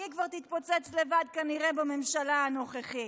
היא כבר תתפוצץ לבד כנראה בממשלה הנוכחית.